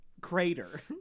crater